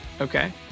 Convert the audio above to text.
Okay